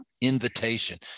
invitation